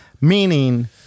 Meaning